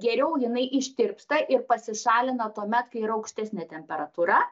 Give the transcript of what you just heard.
geriau jinai ištirpsta ir pasišalina tuomet kai yra aukštesnė temperatūra